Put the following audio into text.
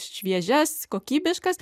šviežias kokybiškas